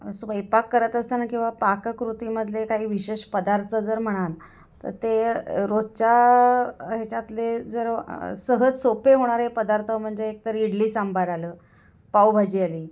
स्वयंपाक करत असताना किंवा पाककृतीमधले काही विशेष पदार्थ जर म्हणाल तर ते रोजच्या ह्याच्यातले जर सहज सोपे होणारे पदार्थ म्हणजे एकतर इडली सांबार आलं पावभाजी आली